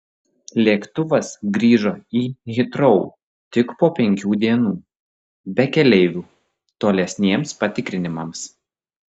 lėktuvas grįžo į hitrou tik po penkių dienų be keleivių tolesniems patikrinimams